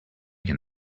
can